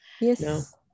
Yes